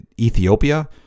Ethiopia